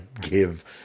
give